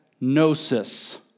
gnosis